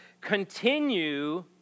continue